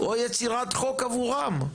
או יצירת חוק עבורם.